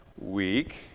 week